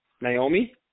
Naomi